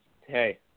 hey